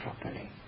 properly